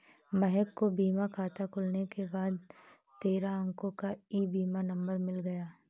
महक को बीमा खाता खुलने के बाद तेरह अंको का ई बीमा नंबर मिल गया